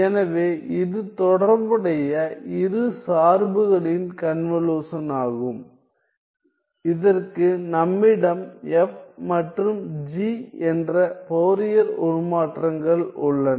எனவே இது தொடர்புடைய இரு சார்புகளின் கன்வலுஷனாகும் இதற்கு நம்மிடம் F மற்றும் G என்ற ஃபோரியர் உருமாற்றங்கள் உள்ளன